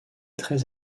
très